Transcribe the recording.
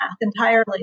entirely